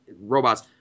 robots